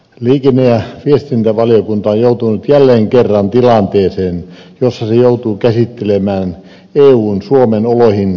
liikenne ja viestintävaliokunta on joutunut jälleen kerran tilanteeseen jossa se joutuu käsittelemään eun suomen oloihin sopeutumatonta lainsäädäntöä